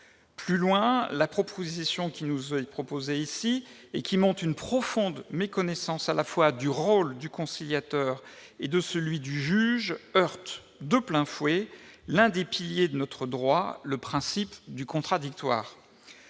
Surtout, la proposition qui nous est faite ici, et qui montre une profonde méconnaissance à la fois du rôle du conciliateur et de celui du juge, heurte de plein fouet l'un des piliers de notre droit, à savoir le principe du contradictoire.